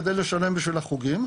כדי לשלם בשביל החוגים,